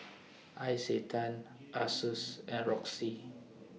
Isetan Asus and Roxy